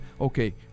Okay